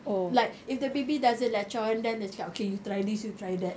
like if the baby doesn't latch on then dia cakap okay you try this you try that